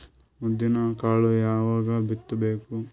ಉದ್ದಿನಕಾಳು ಯಾವಾಗ ಬಿತ್ತು ಬೇಕು?